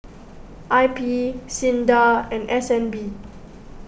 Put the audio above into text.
I P Sinda and S N B